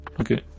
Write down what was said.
Okay